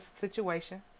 situation